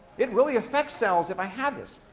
it really affects cells if i have this.